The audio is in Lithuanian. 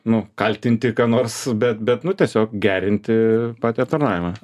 nu kaltinti ką nors bet bet nu tiesiog gerinti patį aptarnavimą